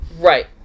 right